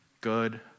good